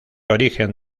origen